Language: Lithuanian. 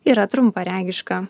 yra trumparegiška